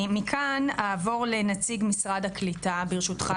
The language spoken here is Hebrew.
אני מכאן אעבור לנציג משרד הקליטה והעלייה ברשותך,